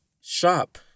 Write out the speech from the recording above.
shop